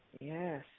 Yes